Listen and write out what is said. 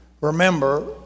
Remember